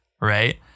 right